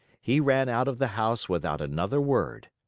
he ran out of the house without another word.